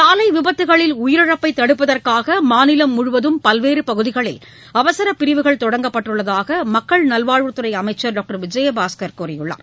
சாலை விபத்தகளில் உயிரிழப்பை தடுப்பதற்காக மாநிலம் முழுவதும் பல்வேறு பகுதிகளில் அவசர பிரிவுகள் தொடங்கப்பட்டுள்ளதாக மக்கள் நல்வாழ்வுத் துறை அமைச்சர் டாக்டர் விஜயபாஸ்கர் கூறியுள்ளார்